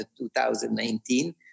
2019